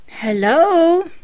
Hello